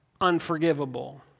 unforgivable